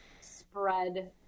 spread